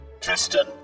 tristan